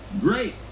Great